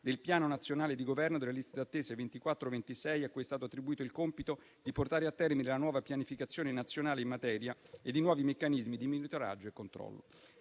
del Piano nazionale di governo delle liste d'attesa 2024-2026, a cui è stato attribuito il compito di portare a termine la nuova pianificazione nazionale in materia e i nuovi meccanismi di monitoraggio e controllo.